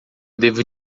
devo